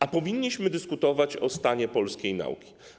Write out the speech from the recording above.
A powinniśmy dyskutować o stanie polskiej nauki.